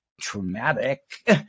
traumatic